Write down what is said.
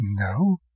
No